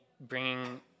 bringing